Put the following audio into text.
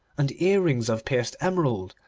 and earrings of pierced emerald,